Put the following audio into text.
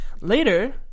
later